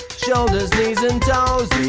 shoulders, knees and toes,